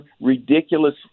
ridiculous